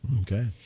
Okay